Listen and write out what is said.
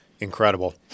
Incredible